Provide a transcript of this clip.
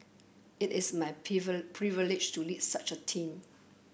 it is my privilege to lead such a team